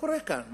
קורה כאן?